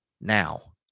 Now